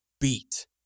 beat